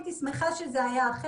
אז אני אשמח שתבדקו.